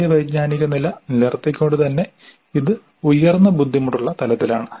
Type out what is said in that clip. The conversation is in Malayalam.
ഒരേ വൈജ്ഞാനിക നില നിലനിർത്തിക്കൊണ്ടുതന്നെ ഇത് ഉയർന്ന ബുദ്ധിമുട്ടുള്ള തലത്തിലാണ്